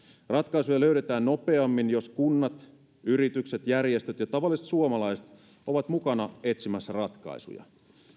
ratkaisuja löydetään nopeammin jos kunnat yritykset järjestöt ja tavalliset suomalaiset ovat mukana etsimässä ratkaisuja